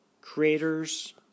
creators